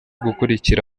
gukurikira